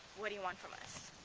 what do you want from us?